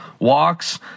walks